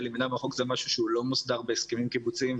הלמידה מרחוק הוא משהו שהוא לא מוסדר בהסכמים קיבוציים,